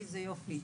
איזה יופי,